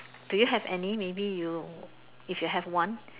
do you have any maybe you if you have one